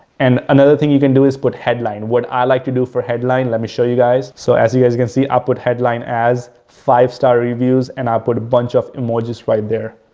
and another thing you can do is put headline. what i like to do for headline, let me show you guys. so, as you guys can see upward headline as five star reviews and i put a bunch of images right there.